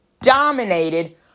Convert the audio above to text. dominated